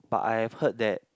but I have heard that